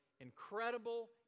incredible